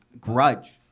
grudge